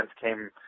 came